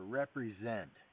represent